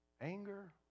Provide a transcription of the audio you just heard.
Anger